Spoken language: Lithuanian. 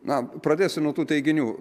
na pradėsiu nuo tų teiginių